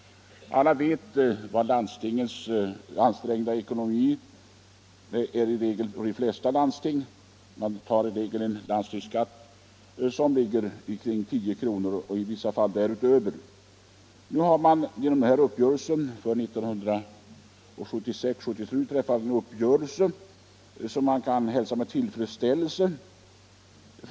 Alla känner till landstingens ansträngda ekonomi. Landstingsskatterna uppgår i regel till omkring 10 kronor eller däröver. Uppgörelsen för 1976/77 kan hälsas med tillfredsställelse.